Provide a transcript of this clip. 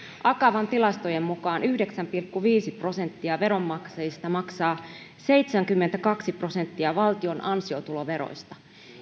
akavan tilastojen mukaan yhdeksän pilkku viisi prosenttia veronmaksajista maksaa seitsemänkymmentäkaksi prosenttia valtion ansiotuloveroista